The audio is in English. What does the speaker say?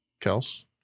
Kels